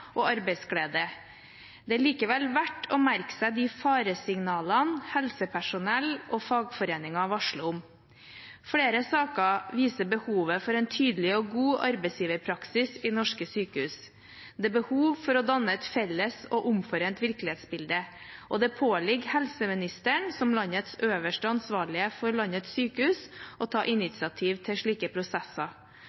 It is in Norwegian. og arbeidsglede. Det er likevel verdt å merke seg de faresignalene helsepersonell og fagforeninger varsler om. Flere saker viser behovet for en tydelig og god arbeidsgiverpraksis i norske sykehus. Det er behov for å danne et felles og omforent virkelighetsbilde, og det påligger helseministeren, som landets øverste ansvarlige for landets sykehus, å ta